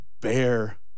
bear